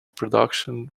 production